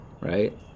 Right